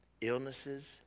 illnesses